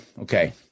Okay